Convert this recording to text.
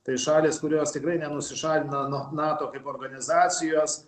tai šalys kurios tikrai nenusišalina nuo nato organizacijos